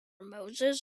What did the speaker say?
moses